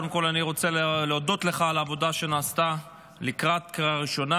קודם כול אני רוצה להודות לך על העבודה שנעשתה לקראת הקריאה הראשונה.